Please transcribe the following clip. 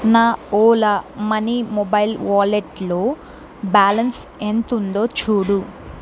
నా Ola money mobile wallet లో balance ఎంతుందో చూడు